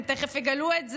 הם תכף יגלו את זה.